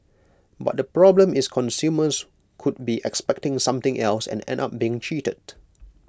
but the problem is consumers could be expecting something else and end up being cheated